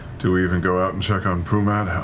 do we even go out and check on pumat?